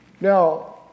Now